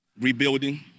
Rebuilding